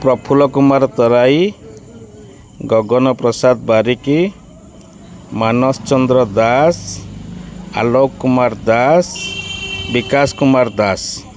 Prafulla Kumar Tarai Gagan Prasad Barik Manas Chandra Das Alok Kumar Das Bikash Kumar Das